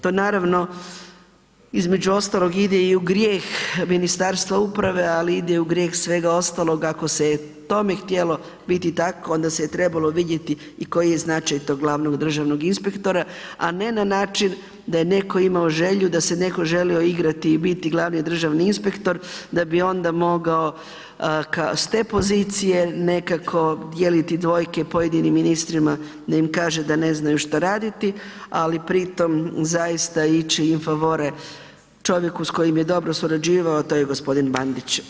To naravno između ostalog ide i u grijeh Ministarstva uprave, ali ide i u grijeh svega ostaloga ako se je tome htjelo biti tako onda se je trebalo vidjeti i koji je značaj tog glavnog državnog inspektora, a ne na način da je netko imamo želju, da se netko želio igrati i biti glavni državni inspektor da bi onda mogao s te pozicije nekako dijeliti dvojke pojedinim ministrima da im kaže da ne znaju šta raditi, ali pri tom zaista ići in favorem čovjeku s kojim je dobro surađivao, a to je gospodin Bandić.